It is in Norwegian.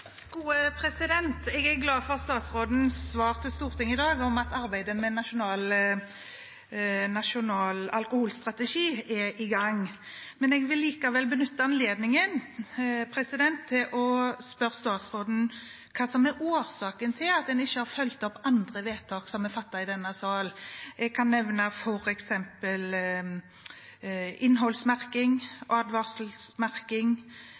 statsrådens svar til Stortinget i dag om at arbeidet med en nasjonal alkoholstrategi er i gang. Jeg vil likevel benytte anledningen til å spørre statsråden om hva som er årsaken til at en ikke har fulgt opp andre vedtak som er fattet i denne sal. Jeg kan nevne